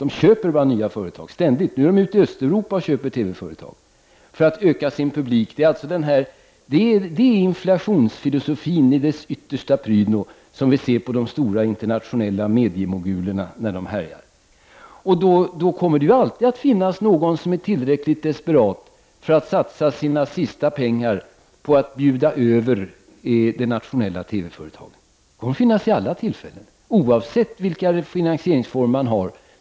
Nu är de ute i Östeuropa och köper TV-företag för att öka sin publik. Det är inflationsfilosofin i dess yttersta prydno som vi ser vid de stora internationella mediemogulernas härjningar, Då kommer det alltid att finnas någon som är tillräckligt desperat för att satsa sina sista pengar på att bjuda över de nationella TV-företagen. Så kommer det att vara vid alla tillfällen, oavsett vilka finansieringsformer man har.